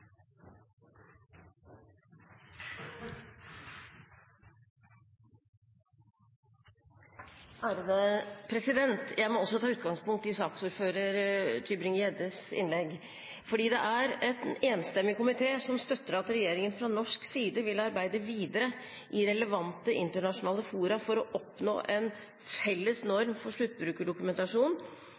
støtter at regjeringen fra norsk side vil arbeide videre i relevante internasjonale fora for å oppnå en felles norm for sluttbrukerdokumentasjon,